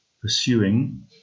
pursuing